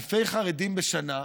אלפי חרדים בשנה,